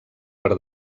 per